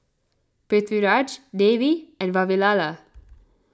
Pritiviraj Devi and Vavilala